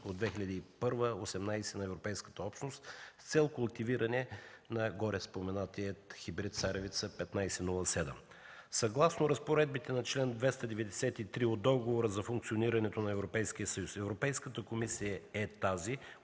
2001/18 на Европейската общност, с цел култивиране на гореспоменатия хибрид царевица ТС1507. Съгласно разпоредбите на чл. 293 от Договора за функционирането на Европейския съюз, Европейската комисия е тази,